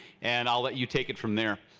and let you take it from there.